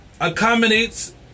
accommodates